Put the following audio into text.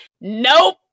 nope